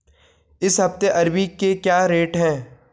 इस हफ्ते अरबी के क्या रेट हैं?